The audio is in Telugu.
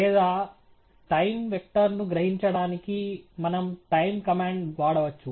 లేదా టైమ్ వెక్టర్ ను గ్రహించడానికి మనం టైమ్ కమాండ్ వాడవచ్చు